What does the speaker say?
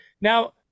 now